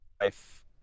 life